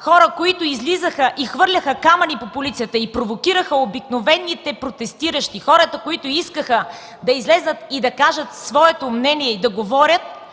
хората, които излизаха и хвърляха камъни по полицията и провокираха обикновените протестиращи – хората, които искаха да излязат и да кажат своето мнение, да говорят,